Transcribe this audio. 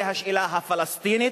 זה השאלה הפלסטינית,